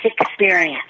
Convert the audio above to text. experience